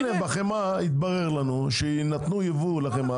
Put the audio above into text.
הנה, בחמאה התברר לנו שנתנו יבוא בחמאה,